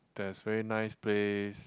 there's very nice place